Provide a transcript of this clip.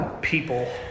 people